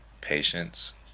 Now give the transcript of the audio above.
patience